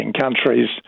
countries